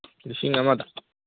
ꯂꯤꯁꯤꯡ ꯑꯃꯗ